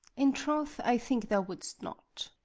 in troth, i think thou wouldst not.